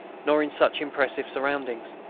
nor in such impressive surroundings.